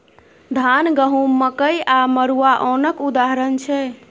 धान, गहुँम, मकइ आ मरुआ ओनक उदाहरण छै